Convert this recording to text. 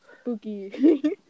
spooky